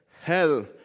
hell